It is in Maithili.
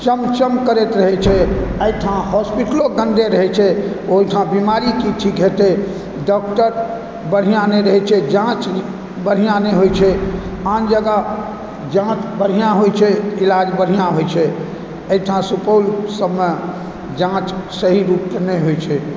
चमचम करैत रहै छै एहिठाम हॉस्पिटलो गन्दे रहै छै ओहिठाम बीमारी की ठीक हेतै डॉक्टर बढ़िआँ नहि रहै छै जाँच बढ़िआँ नहि होइ छै आन जगह जाँच बढ़िआँ होइ छै इलाज बढ़िआँ होइ छै एहिठाम सुपौल सबमे जाँच सही रूपके नहि होइत छै